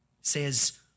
says